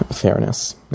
fairness